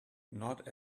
not